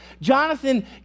Jonathan